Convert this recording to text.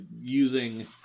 using